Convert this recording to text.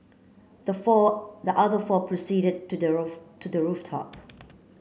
the four the other four proceeded to the roof to the rooftop